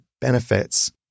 benefits